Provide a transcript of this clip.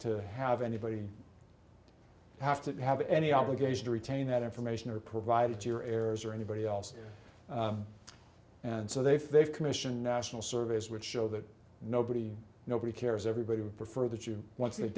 to have anybody have to have any obligation to retain that information or provide your errors or anybody else and so they feel they've commission national surveys which show that nobody nobody cares everybody would prefer that you once they